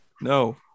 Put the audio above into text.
No